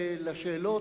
ולשאלות,